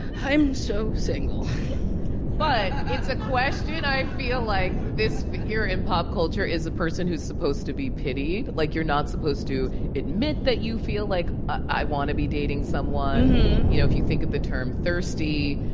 i'm so single but it's a question i feel like this figure in pop culture is a person who's supposed to be pitied. like, you're not supposed to admit that you feel like i want to be dating someone. you know, if you think of the term thirsty,